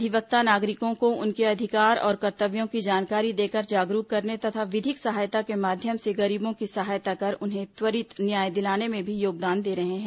अधिवक्ता नागरिकों को उनके अधिकार और कर्तव्यों की जानकारी देकर जागरूक करने तथा विधिक सहायता के माध्यम से गरीबों की सहायता कर उन्हें त्वरित न्याय दिलाने में भी योगदान दे रहे हैं